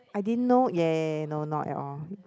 I didn't know ya ya ya no not at all